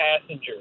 passenger